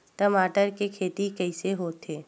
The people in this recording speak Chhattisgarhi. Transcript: टमाटर के खेती कइसे होथे?